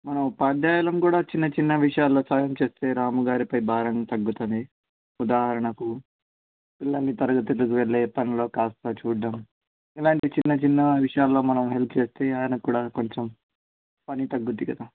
మనం ఉపాధ్యాయులం కూడా చిన్న చిన్న విషయాల్లో సహాయం చేస్తే రాము గారిపై భారం తగ్గుతుంది ఉదాహరణకు పిల్లలని తరగతులకు వెళ్ళే పనిలో కాస్త చూడడం ఇలాంటి చిన్న చిన్న విషయాల్లో మనం హెల్ప్ చేస్తే ఆయనకి కూడా కొంచెం పని తగ్గుతుంది కదా